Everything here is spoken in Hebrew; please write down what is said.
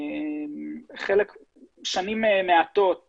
בשנים מעטות